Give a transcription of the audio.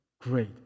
great